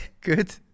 good